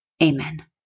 Amen